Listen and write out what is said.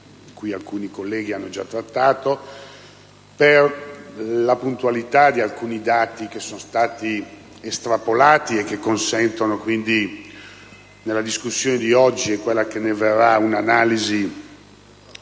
di cui alcuni colleghi hanno già trattato, per la puntualità di alcuni dati che sono stati estrapolati, che consentono quindi, nella discussione di oggi e in quella che ne verrà, un'analisi